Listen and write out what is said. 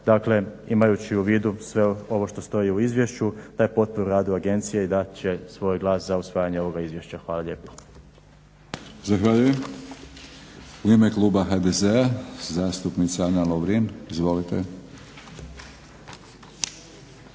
dakle imajući u vidu sve ovo što stoji u izvješću daje potporu radu agencije i dat će svoj glas za usvajanje ovoga izvješća. **Batinić, Milorad (HNS)** Zahvaljujem. U ime kluba HDZ-a zastupnica Ana Lovrin. Izvolite.